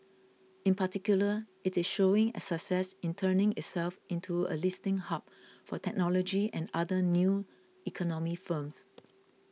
in particular it is showing a success in turning itself into a listing hub for technology and other 'new economy' firms